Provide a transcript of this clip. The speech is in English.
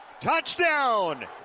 Touchdown